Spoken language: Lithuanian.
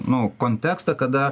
nuo kontekstą kada